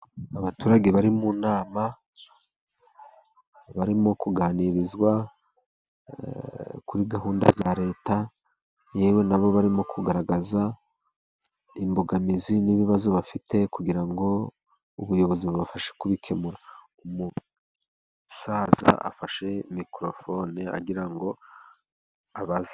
Abaturage bari mu nama, barimo kuganirizwa kuri gahunda za leta, yewe nabo barimo kugaragaza imbogamizi n'ibibazo bafite, kugira ngo ubuyobozi bubashe kubikemura. Umusaza afashe mikorofone agira ngo abaze.